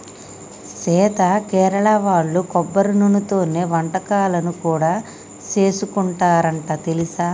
సీత కేరళ వాళ్ళు కొబ్బరి నూనెతోనే వంటకాలను కూడా సేసుకుంటారంట తెలుసా